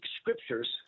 scriptures